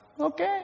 okay